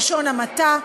בלשון המעטה,